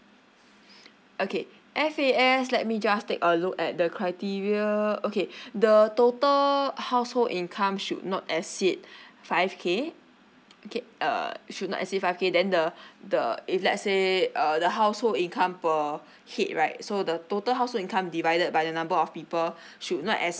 okay F_A_S let me just take a look at the criteria okay the total household income should not exceed five K okay uh should not exceed five K then the the if let's say uh the household income per head right so the total house income divided by the number of people should not